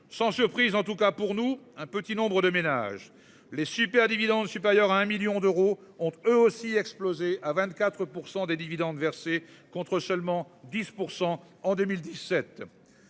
Sans surprise, en tout cas pour nous, un petit nombre de ménages les super-dividendes supérieur à un million d'euros ont eux aussi explosé à 24% des dividendes versés, contre seulement 10% en 2017.